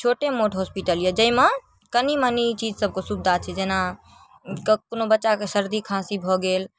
छोटे मोट हॉस्पिटल यऽ जै मे कनीमनी ई चीज सबके सुविधा छै जेना कोनो बच्चाके सर्दी खाँसी भऽ गेल